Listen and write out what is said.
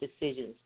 decisions